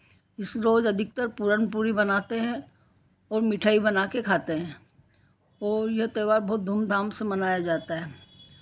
इस रोज़ अधिकतर पुरण पुरी बनाते हैं और मिठाई बना के खाते हैं औ यह त्योहार बहुत धूम धाम से मनाया जाता है